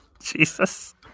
Jesus